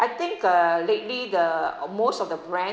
I think uh lately the most of the brand